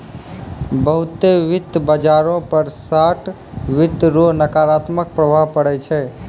बहुते वित्त बाजारो पर शार्ट वित्त रो नकारात्मक प्रभाव पड़ै छै